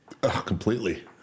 completely